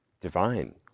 divine